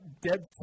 dead